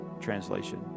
Translation